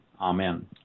amen